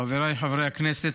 חבריי חברי הכנסת,